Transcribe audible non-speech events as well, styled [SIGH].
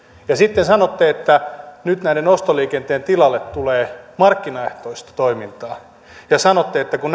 ja sitten sanotte että nyt tämän ostoliikenteen tilalle tulee markkinaehtoista toimintaa ja sanotte että kun [UNINTELLIGIBLE]